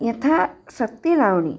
यथा सक्ति लवणी